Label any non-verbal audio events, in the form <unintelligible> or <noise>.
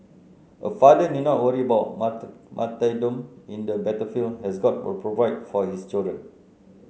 a father need not worry about <unintelligible> martyrdom in the battlefield as God will provide for his children